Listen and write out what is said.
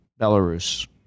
Belarus